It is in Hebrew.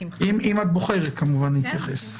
אם את בוחרת, כמובן, להתייחס.